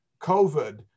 COVID